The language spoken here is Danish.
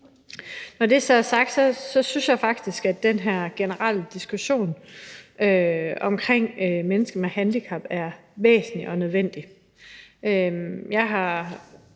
Når det så er sagt, synes jeg faktisk, at den her generelle diskussion om mennesker med handicap er væsentlig og nødvendig.